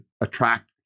attract